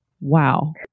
Wow